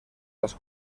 las